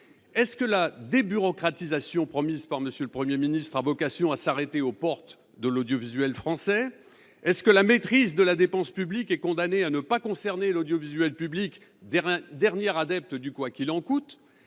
passe… La débureaucratisation promise par M. le Premier ministre a t elle vocation à s’arrêter aux portes de l’audiovisuel français ? La maîtrise de la dépense publique est elle condamnée à ne pas concerner l’audiovisuel public, dernier adepte du « quoi qu’il en coûte »